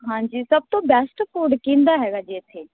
ਹਾਂਜੀ ਸਭ ਤੋਂ ਬੈਸਟ ਫ਼ੂਡ ਕਿਹਦਾ ਹੈਗਾ ਜੀ ਇੱਥੇ